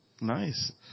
Nice